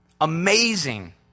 Amazing